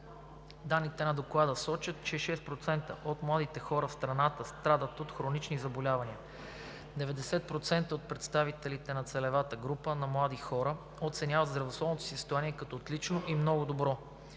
Данните от Доклада сочат, че 6% от младите хора в страната страдат от хронични заболявания. 90% от представителите на целевата група на млади хора оценяват здравословното си състояние като отлично и много добро.